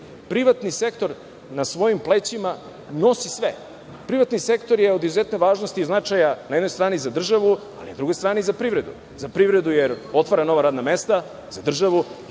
Privatni sektor na svojim plećima nosi sve. Privatni sektor je od izuzetne važnosti i značaja na jednoj strani za državu, a na drugoj strani za privredu. Za privredu jer otvara nova radna mesta, a za državu